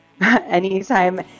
anytime